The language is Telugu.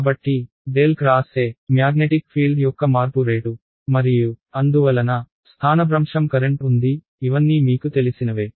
కాబట్టి ∇ X E మ్యాగ్నెటిక్ ఫీల్డ్ యొక్క మార్పు రేటు మరియు అందువలన స్థానభ్రంశం కరెంట్ ఉంది ఇవన్నీ మీకు తెలిసినవే